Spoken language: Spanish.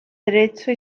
derecho